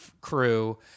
crew